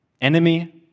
enemy